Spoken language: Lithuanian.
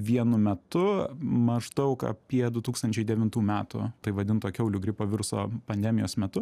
vienu metu maždaug apie du tūkstančiai devintų metų taip vadinto kiaulių gripo viruso pandemijos metu